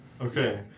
Okay